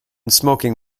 smoking